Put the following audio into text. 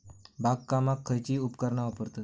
बागकामाक खयची उपकरणा वापरतत?